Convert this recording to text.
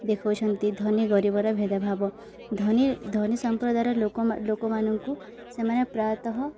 ଦେଖାଉଛନ୍ତି ଧନୀ ଗରିବର ଭେଦଭାବ ଧନୀ ଧନୀ ସମ୍ପ୍ରଦାୟର ଲୋକ ଲୋକମାନଙ୍କୁ ସେମାନେ ପ୍ରାୟତଃ